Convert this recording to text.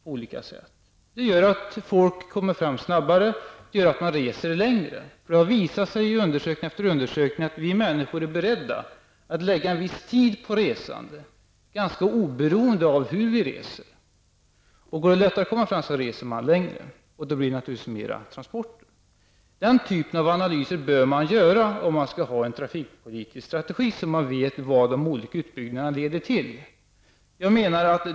Det gör att folk kommer fram snabbare, och det gör att man reser längre. Det har i undersökning efter undersökning visat sig att vi människor är beredda att lägga en viss tid på resande, ganska oberoende av hur vi reser. Går det lättare att komma fram reser man längre, och då blir det naturligtvis mer transporter. Den typen av analyser bör man göra om man skall ha en trafikpolitisk strategi, så att man vet vad de olika utbyggnaderna leder till.